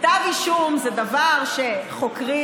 כתב אישום זה דבר שחוקרים,